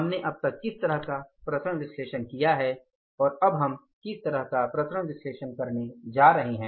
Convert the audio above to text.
हमने अब तक किस तरह का विचरण विश्लेषण किया है और अब हम किस तरह का विचरण विश्लेषण करने जा रहे हैं